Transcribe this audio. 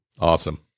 Awesome